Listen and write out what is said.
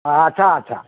ଆଛା ଆଛା